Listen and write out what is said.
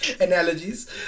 analogies